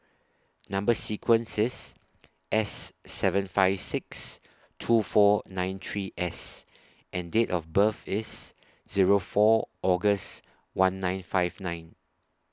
Number sequence IS S seven five six two four nine three S and Date of birth IS Zero four August one nine five nine